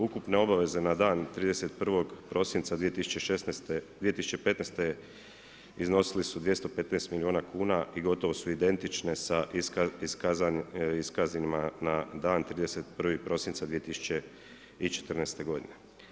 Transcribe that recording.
Ukupna obaveza na dan 31. prosinca 2015. iznosili su 215 milijuna kuna i gotovo su identične sa iskazima na dan 31. prosinca 2014. godine.